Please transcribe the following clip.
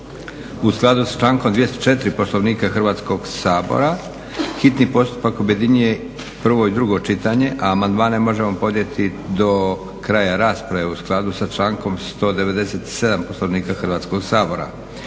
U skladu s člankom 204. Poslovnika Hrvatskog sabora hitni postupak objedinjuje prvo i drugo čitanje, a amandmane možemo podnijeti do kraja rasprave u skladu sa člankom 197. Poslovnika Hrvatskog sabora.